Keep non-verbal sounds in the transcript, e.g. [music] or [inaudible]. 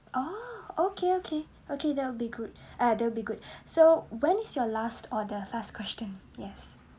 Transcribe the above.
oh okay okay okay that will be good [breath] uh that would be good [breath] so when is your last order last question yes